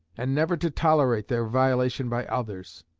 and never to tolerate their violation by others.